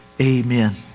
amen